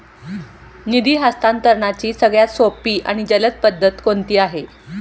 निधी हस्तांतरणाची सगळ्यात सोपी आणि जलद पद्धत कोणती आहे?